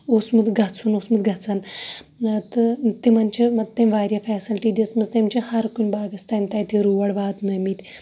اوسمُت گَژھُن اوسمُت گَژھان تہٕ تِمَن چھِ مَط تٔمۍ واریاہ فیسَلٹی دِژمٕژ تٔمۍ چھِ ہَر کُنہِ باغَس تام تَتہِ روڑ واتنٲمٕتۍ